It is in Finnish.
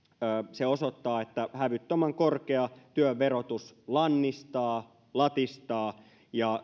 se osoittaa että hävyttömän korkea työn verotus lannistaa ja latistaa ja